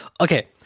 Okay